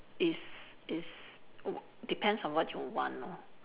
is is err depends on what you want lor